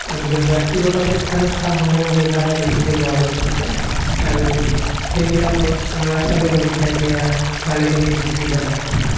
গতিকে ব্যক্তিগতশিক্ষানুষ্ঠানসমূহ সেইকাৰণে বেছিকৈ গঢ় লৈ উঠিছে আৰু সেইবিলাকত ল'ৰা ছোৱালীৰ সংখ্যা এতিয়া ভালেখিনি বৃদ্ধি হোৱা দেখা গৈছে